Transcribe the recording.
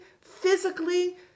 physically